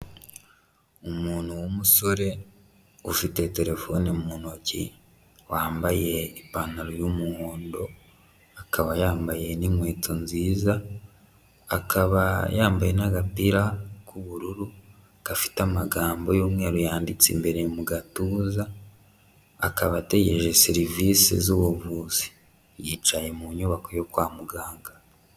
Umuntu w'umusore ufite terefone mu ntoki, wambaye ipantaro y'umuhondo, akaba yambaye n'inkweto nziza, akaba yambaye n'agapira k'ubururu gafite amagambo y'umweru yanditse imbere mu gatuza, akaba ategereje serivisi z'ubuvuzi. Yicaye mu nyubako yo kwa muganga.